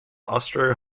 austro